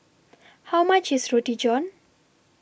How much IS Roti John